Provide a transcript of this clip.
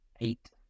eight